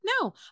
No